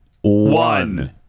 One